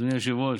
אדוני היושב-ראש,